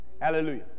Hallelujah